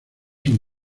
son